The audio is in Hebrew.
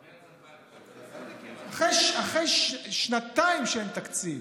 מרץ 2018. שאחרי שנתיים שאין תקציב